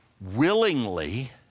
willingly